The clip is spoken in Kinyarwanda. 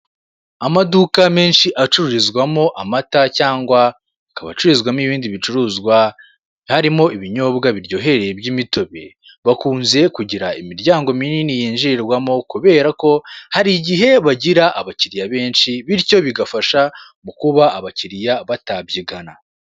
Amaduka menshi acururizwamo amata cyangwa akaba acururizwamo ibindi bicuruzwa, harimo ibinyobwa biryohereye by'imitobe, bakunze kugira imiryango minini yinjirwamo kubera ko hari igihe bagira abakiriya benshi bityo bigafasha mu kuba abakiriya batabyigana.